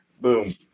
Boom